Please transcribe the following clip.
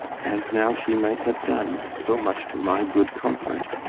as now she might have done, so much to my good comfort,